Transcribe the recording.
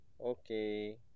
Okay